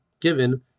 given